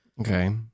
Okay